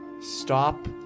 Stop